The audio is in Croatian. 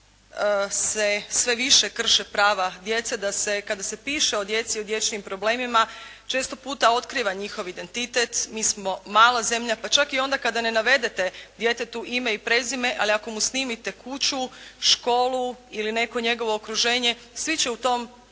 da se sve više krše prava djece, da se kada se piše o djeci i o dječjim problemima često puta otkriva njihov identitet. Mi smo mala zemlja, pa čak i onda kada ne navedete djetetu ime i prezime, ali ako mu snimite kuću, školu ili neko njegovo okruženje svi će u tom